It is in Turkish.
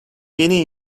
yeni